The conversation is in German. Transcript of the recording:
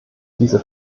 diese